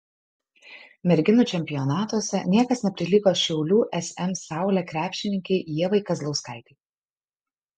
merginų čempionatuose niekas neprilygo šiaulių sm saulė krepšininkei ievai kazlauskaitei